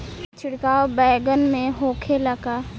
छिड़काव बैगन में होखे ला का?